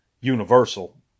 Universal